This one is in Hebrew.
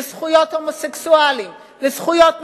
לזכויות הומוסקסואלים,